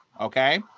okay